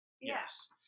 Yes